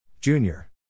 Junior